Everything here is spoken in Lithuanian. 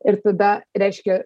ir tada reiškia